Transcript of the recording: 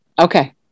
Okay